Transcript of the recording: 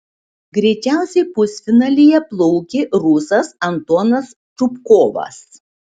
greičiausiai pusfinalyje plaukė rusas antonas čupkovas